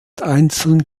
einzeln